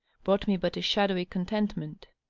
brought me but a shadowy contentment.